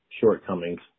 shortcomings